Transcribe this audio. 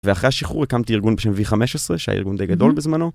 ואחרי השחרור הקמתי ארגון בשם V15, שהיה ארגון די גדול בזמנו